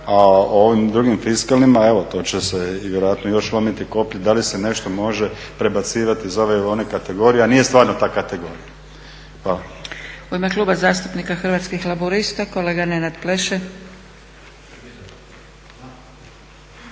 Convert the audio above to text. A o ovim drugim fiskalnim evo to će se vjerojatno još lomiti koplja da li se nešto može prebacivati iz ove ili one kategorije, a nije stvarno ta kategorija. Hvala. **Zgrebec, Dragica (SDP)** U ime Kluba zastupnika Hrvatskih laburista kolega Nenad Pleše.